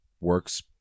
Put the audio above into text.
works